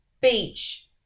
beach